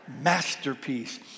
masterpiece